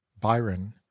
byron